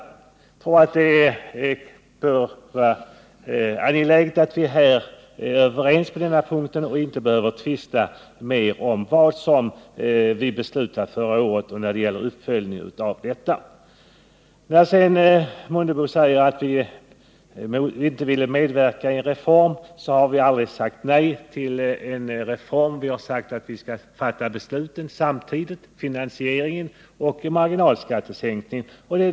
Jag tror att det är angeläget att vi är överens på den punkten och inte behöver tvista mer om beslutet förra året och uppföljningen av detta. Herr Mundebo säger att centern inte vill medverka till en reform. Vi har aldrig sagt nej till en reform. Vi har sagt att beslutet om finansieringen måste fattas samtidigt med beslutet om marginalskattesänkningen.